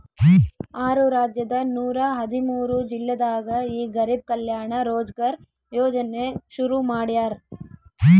ಆರು ರಾಜ್ಯದ ನೂರ ಹದಿಮೂರು ಜಿಲ್ಲೆದಾಗ ಈ ಗರಿಬ್ ಕಲ್ಯಾಣ ರೋಜ್ಗರ್ ಯೋಜನೆ ಶುರು ಮಾಡ್ಯಾರ್